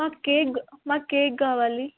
మా కేక్ మాకు కేక్ కావాలి